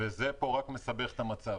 וזה רק מסבך את המצב.